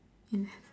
and